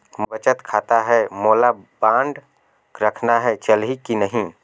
मोर बचत खाता है मोला बांड रखना है चलही की नहीं?